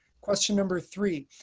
question number three,